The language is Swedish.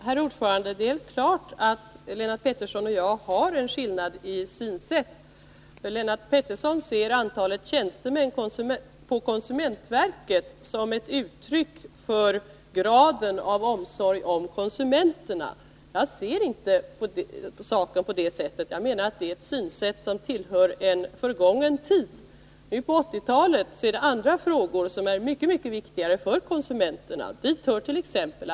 Herr talman! Ja, det är klart att Lennart Pettersson och jag har en skillnad i våra synsätt. Lennart Pettersson ser antalet tjänstemän på konsumentverket som ett uttryck för graden av omsorg om konsumenterna. Jag ser inte saken på det sättet; jag menar att det är ett synsätt som tillhör en förgången tid. Nu, på 1980-talet, är det andra frågor som är mycket viktigare för konsumenterna. Dit hört.ex.